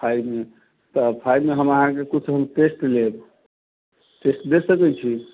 five मे तऽ फाइवमे हम अहाँके कुछ टेस्ट लेब टेस्ट दे सकै छी